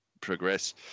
progress